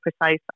precise